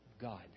God